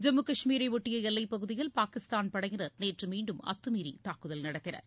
ஜம்மு கஷ்மீரை ஒட்டிய எல்லைப்பகுதியில் பாகிஸ்தான் படையினர் நேற்று மீண்டும் அத்தமீறி தாக்குதல் நடத்தினர்